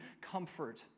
comfort